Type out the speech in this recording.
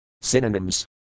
Synonyms